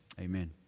amen